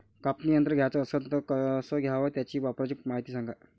कापनी यंत्र घ्याचं असन त कस घ्याव? त्याच्या वापराची मायती सांगा